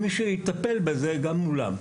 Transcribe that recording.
אם מישהו יטפל בזה גם מולם.